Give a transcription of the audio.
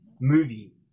movie